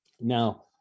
Now